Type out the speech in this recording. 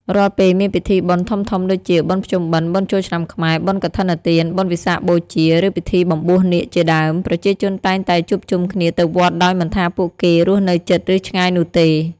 រាល់ពេលមានពិធីបុណ្យធំៗដូចជា បុណ្យភ្ជុំបិណ្ឌ បុណ្យចូលឆ្នាំខ្មែរ បុណ្យកឋិនទាន បុណ្យវិសាខបូជា ឬពិធីបំបួសនាគជាដើម ប្រជាជនតែងតែជួបជុំគ្នាទៅវត្តដោយមិនថាពួកគេរស់នៅជិត ឬឆ្ងាយនោះទេ។